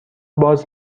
باز